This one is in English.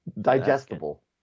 digestible